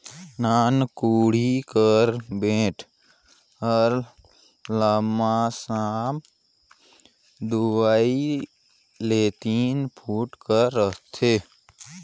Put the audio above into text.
नान कोड़ी कर बेठ हर लमसम दूई ले तीन फुट कर रहथे